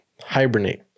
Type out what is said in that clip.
hibernate